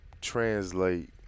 translate